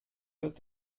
wird